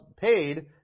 paid